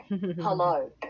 Hello